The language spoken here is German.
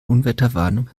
unwetterwarnung